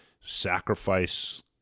sacrifice